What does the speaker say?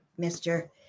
Mr